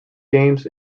games